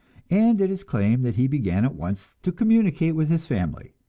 and it is claimed that he began at once to communicate with his family.